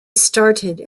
started